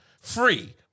free